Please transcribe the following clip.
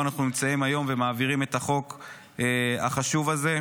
אנחנו נמצאים היום ומעבירים את החוק החשוב הזה.